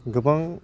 गोबां